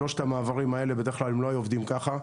שלושת המעברים האלה בד"כ הם לא עבדו ככה,